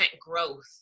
growth